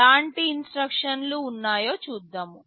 ఎలాంటి ఇన్స్ట్రక్షన్లు ఉన్నాయో చూద్దాం